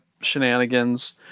shenanigans